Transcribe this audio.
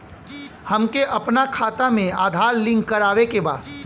हमके अपना खाता में आधार लिंक करावे के बा?